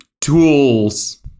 tools